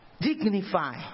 dignify